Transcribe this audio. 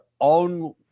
own